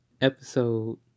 episode